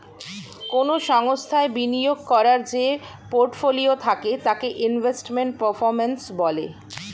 কোন সংস্থায় বিনিয়োগ করার যে পোর্টফোলিও থাকে তাকে ইনভেস্টমেন্ট পারফর্ম্যান্স বলে